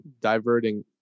diverting